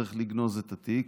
שצריך לגנוז את התיק.